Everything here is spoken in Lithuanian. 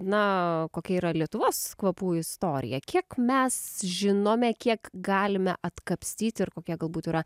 na kokia yra lietuvos kvapų istorija kiek mes žinome kiek galime atkapstyti ir kokie galbūt yra